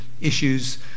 issues